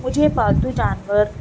مجھے پالتو جانور